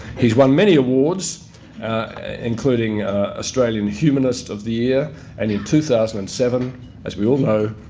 he's won many awards including australian humanist of the year and in two thousand and seven as we all know,